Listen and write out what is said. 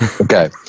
Okay